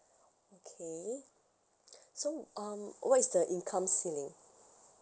okay so um what is the income ceiling